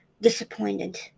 disappointed